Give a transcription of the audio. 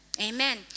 Amen